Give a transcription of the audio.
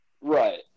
right